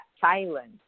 silence